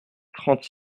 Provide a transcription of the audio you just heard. trente